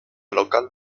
local